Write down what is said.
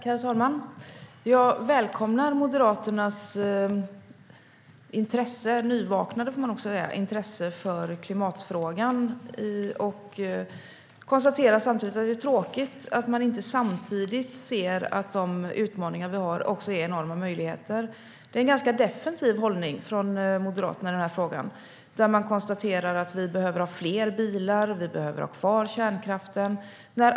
Herr talman! Jag välkomnar Moderaternas nyvaknade intresse för klimatfrågan och konstaterar samtidigt att det är tråkigt att man inte ser att de utmaningar vi har också är enorma möjligheter. Det är en ganska defensiv hållning från Moderaterna i den här frågan där man konstaterar att vi behöver ha fler bilar och ha kvar kärnkraften.